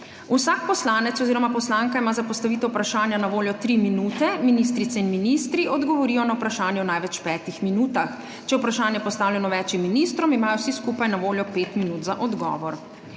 Vsak poslanec oziroma poslanka ima za postavitev vprašanja na voljo 3 minute. Ministrice in ministri odgovorijo na vprašanje v največ 5 minutah. Če je vprašanje postavljeno več ministrom, imajo vsi skupaj na voljo 5 minut za odgovor.